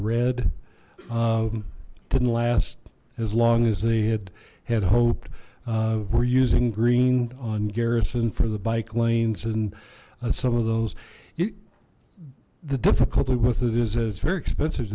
red didn't last as long as they had had hoped we're using green on garrison for the bike lanes and some of those the difficulty with it is it's very expensive